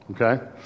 okay